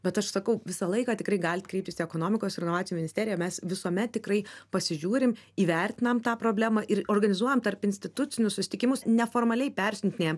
bet aš sakau visą laiką tikrai galit kreiptis į ekonomikos ir inovacijų ministeriją mes visuomet tikrai pasižiūrim įvertinam tą problemą ir organizuojame tarpinstitucinius susitikimus neformaliai persiuntinėjam